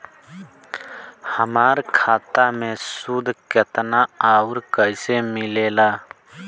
हमार खाता मे सूद केतना आउर कैसे मिलेला?